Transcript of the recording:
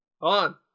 On